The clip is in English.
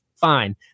fine